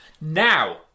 Now